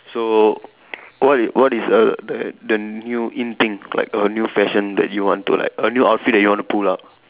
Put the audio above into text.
so what is what is err the the new in thing like the new fashion that you want to like a new outfit that you want to pull out